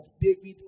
David